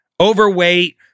overweight